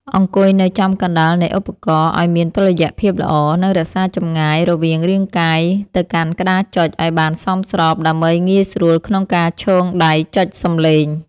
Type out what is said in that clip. អង្គុយនៅចំកណ្តាលនៃឧបករណ៍ឱ្យមានតុល្យភាពល្អ និងរក្សាចម្ងាយរវាងរាងកាយទៅកាន់ក្តារចុចឱ្យបានសមស្របដើម្បីងាយស្រួលក្នុងការឈោងដៃចុចសម្លេង។